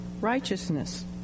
righteousness